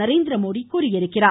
நரேந்திரமோடி தெரிவித்திருக்கிறார்